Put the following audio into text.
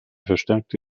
verstärkte